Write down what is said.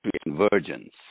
convergence